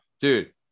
dude